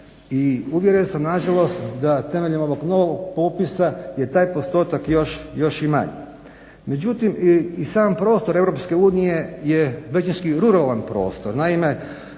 uvjeren sam nažalost da temeljem ovog novog popisa je taj postotak još i manji. Međutim i sam prostor Europske unije je većinski ruralan prostor.